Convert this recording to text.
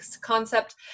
concept